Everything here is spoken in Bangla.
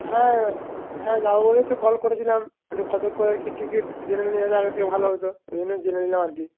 হ্যাঁ হ্যাঁ যাব বলেই তো কল করেছিলাম এই তো কত করে কী টিকিট জেনে নিলে আমরা আগের থেকে ভালো হত ওই জন্য জেনে নিলাম আর কি